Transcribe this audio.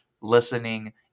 listening